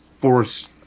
force